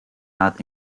not